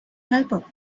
helper